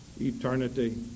Eternity